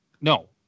no